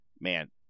man